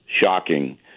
shocking